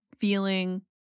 feeling